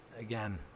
again